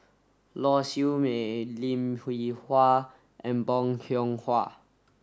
Lau Siew Mei Lim Hwee Hua and Bong Hiong Hwa